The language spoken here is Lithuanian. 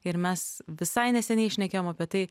ir mes visai neseniai šnekėjom apie tai